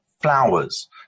flowers